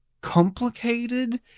complicated